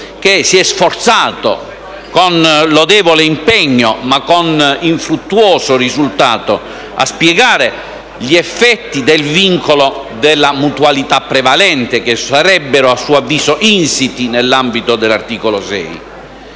che si è sforzato, con lodevole impegno ma con infruttuoso risultato, di spiegare gli effetti del vincolo della mutualità prevalente che sarebbero, a suo avviso, insiti nell'ambito dell'articolo 6;